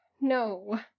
no